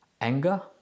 Anger